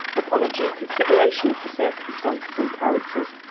upon a due consideration of the circumstances and characters,